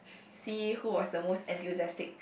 see who was the most enthusiastic